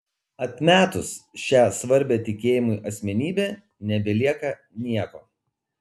atmetus šią svarbią tikėjimui asmenybę nebelieka nieko